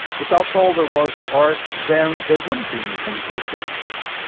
if that's all there was to art, then there wouldn't be anything to object to.